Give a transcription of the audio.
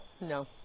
No